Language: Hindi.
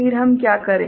फिर हम क्या करेंगे